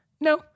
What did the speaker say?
No